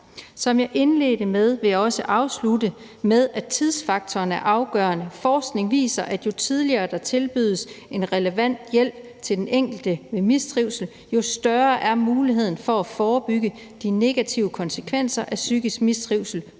Som jeg indledte med, vil jeg også afslutte med at sige, at tidsfaktoren er afgørende. Forskning viser, at jo tidligere der tilbydes en relevant hjælp til den enkelte med mistrivsel, jo større er muligheden for at forebygge de negative konsekvenser af psykisk mistrivsel